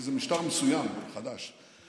איזה משטר מסוים, חדש: